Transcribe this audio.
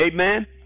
Amen